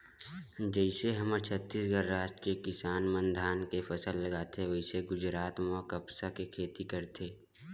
जइसे हमर छत्तीसगढ़ राज के किसान मन धान के फसल लगाथे वइसने गुजरात म कपसा के खेती करथे